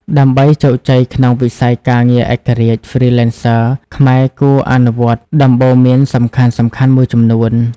ដើម្បីជោគជ័យក្នុងវិស័យការងារឯករាជ្យ Freelancers ខ្មែរគួរអនុវត្តដំបូន្មានសំខាន់ៗមួយចំនួន។